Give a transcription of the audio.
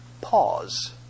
pause